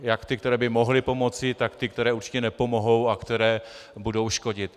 Jak ty, které by mohly pomoci, tak ty, které určitě nepomohou a které budou škodit.